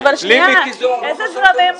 אבל שנייה, אילו זרמים?